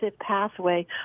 pathway